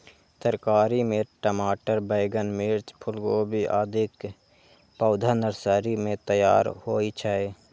तरकारी मे टमाटर, बैंगन, मिर्च, फूलगोभी, आदिक पौधा नर्सरी मे तैयार होइ छै